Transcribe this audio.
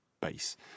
base